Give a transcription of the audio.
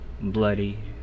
bloody